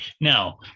Now